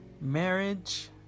Marriage